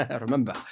Remember